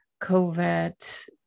COVID